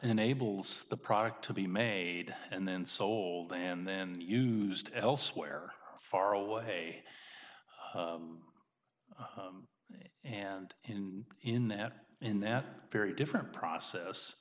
enables the product to be made and then sold and then used elsewhere far away and in in that in that very different process